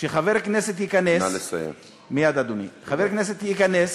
שחבר הכנסת ייכנס ואז אחריו ייכנס